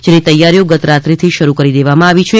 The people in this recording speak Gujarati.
જેની તૈયારીઓ ગત રાત્રીથી જ શરૂ કરી દેવામાં આવશે